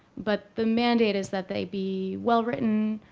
but the mandate is that they be well-written,